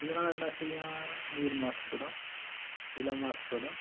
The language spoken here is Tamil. இதனால் என்ன செய்யும் நீர் மாசுபடும் நிலம் மாசுபடும்